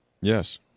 Yes